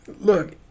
Look